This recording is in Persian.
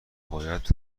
باید